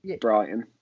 Brighton